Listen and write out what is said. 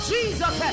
Jesus